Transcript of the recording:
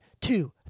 Two